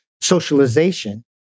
socialization